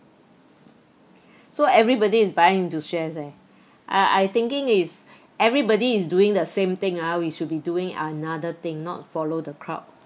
so everybody is buying into shares eh I I thinking is everybody is doing the same thing ah we should be doing another thing not follow the crowd